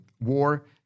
war